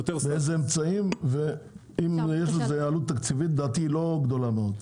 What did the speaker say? באילו אמצעים ובאיזו עלות תקציבית; לדעתי היא לא גדולה מאוד.